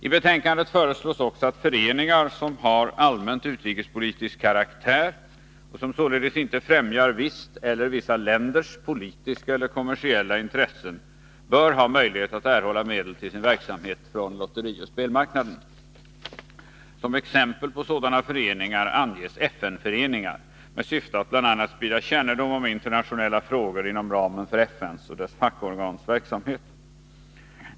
I betänkandet föreslås också att föreningar som har allmänt utrikespolitisk karaktär, och som således inte främjar visst lands eller vissa länders politiska eller kommersiella intressen, bör ha möjlighet att erhålla medel till sin verksamhet från lotterioch spelmarknaden. Som exempel på sådana föreningar anges FN-föreningar med syfte att bl.a. sprida kännedom om internationella frågor inom ramen för FN:s och dess fackorgans verksamhet.